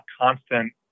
constant